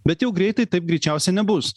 bet jau greitai taip greičiausia nebus